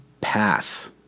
Pass